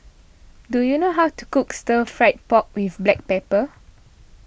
do you know how to cook Stir Fried Pork with Black Pepper